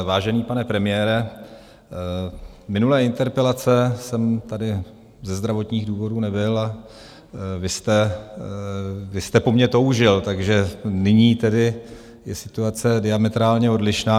Vážený pane premiére, minulé interpelace jsem tady ze zdravotních důvodů nebyl a vy jste po mně toužil, takže nyní tedy je situace diametrálně odlišná.